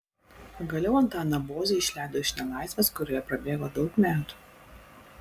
pagaliau antaną bozį išleido iš nelaisvės kurioje prabėgo daug metų